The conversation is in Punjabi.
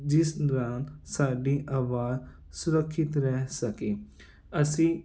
ਜਿਸ ਦੌਰਾਨ ਸਾਡੀ ਅਵਾਜ ਸੁਰੱਖਿਅਤ ਰਹਿ ਸਕੇ ਅਸੀਂ